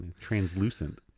translucent